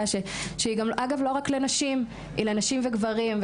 שהיא גם אגב לא רק לנשים היא לנשים וגברים,